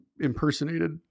impersonated